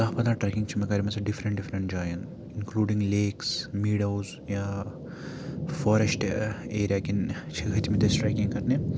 دَہ پنٛداہ ٹرٛیکِنٛگ چھِ مےٚ کَرِمَژٕ ڈِفرنٛٹ ڈِفرنٛٹ جایَن اِنکٕلوٗڈِنٛگ لیکٕس میٖڈوز یا فارٮ۪سٹ ایریا کِنۍ چھِ کھٔتۍ مٕتۍ أسۍ ٹرٛیکِنٛگ کِرنہِ